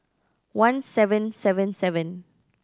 one seven seven seven